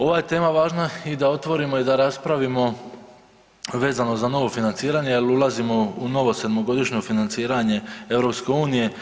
Ova tema je važna i da otvorimo i da raspravimo vezano za novo financiranje jel ulazimo u novo sedmogodišnje financiranje EU.